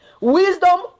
Wisdom